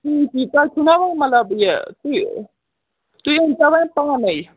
تی تی تۄہہِ چھُنا وۅنۍ مطلب یہِ تُہۍ تُہۍ أنۍ تو وۅنۍ پانَے